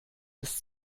ist